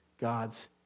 God's